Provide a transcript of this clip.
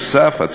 נוסף על כך,